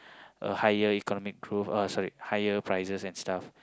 higher economical crew oh sorry higher prices and stuff